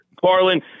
Carlin